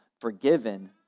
forgiven